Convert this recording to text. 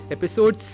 Episode